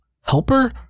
Helper